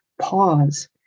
pause